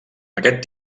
aquest